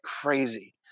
crazy